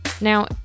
Now